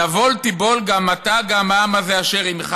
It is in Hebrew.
"נבֹל תִבֹּל גם אתה גם העם הזה אשר עמך